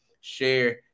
share